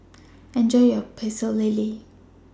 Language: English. Enjoy your Pecel Lele